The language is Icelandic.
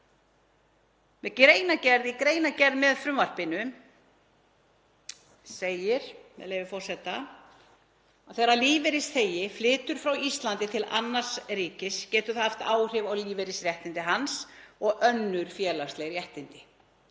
Í greinargerð með frumvarpinu segir, með leyfi forseta: „Þegar lífeyrisþegi flytur frá Íslandi til annars ríkis getur það haft áhrif á lífeyrisréttindi hans og önnur félagsleg réttindi.